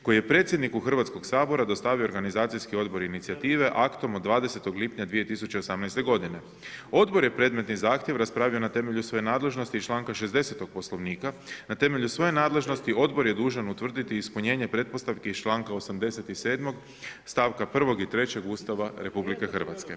Koji je predsjedniku Hrvatskog sabora dostavio organizacijski odbor inicijative aktom od 20.6.2018. g. Odbor je predmetni zahtjev raspravio na temelju svoje nadležnosti iz čl. 60. poslovnika na temelju svoje nadležnosti, odbor je dužan utvrditi ispunjenje pretpostavke čl. 87. stavka 1. i 3. Ustava RH.